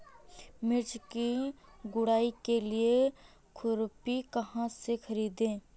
मिर्च की गुड़ाई के लिए खुरपी कहाँ से ख़रीदे?